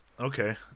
Okay